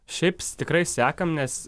šiaip tikrai sekam nes